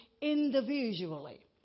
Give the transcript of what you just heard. individually